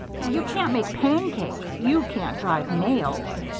you can't make pancakes. you can't drive nails.